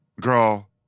Girl